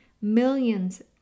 Millions